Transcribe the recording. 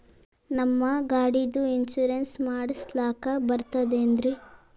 ನಮ್ಮ ಗಾಡಿದು ಇನ್ಸೂರೆನ್ಸ್ ಮಾಡಸ್ಲಾಕ ಬರ್ತದೇನ್ರಿ?